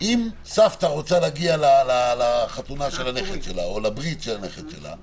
אם סבתא רוצה להגיע לחתונה של הנכד שלה או לברית של הנכד שלה,